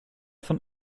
von